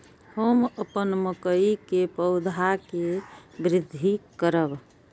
हम अपन मकई के पौधा के वृद्धि करब?